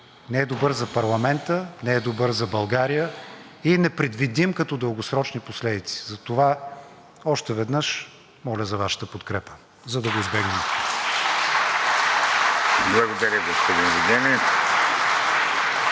не е добър за парламента, не е добър за България и е непредвидим като дългосрочни последици. Затова още веднъж моля за Вашата подкрепа, за да го избегнем. (Ръкопляскания